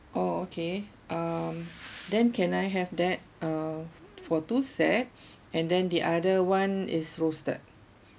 oh okay um then can I have that uh for two set and then the other one is roasted